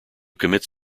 commits